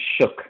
shook